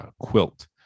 quilt